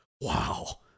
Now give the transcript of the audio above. Wow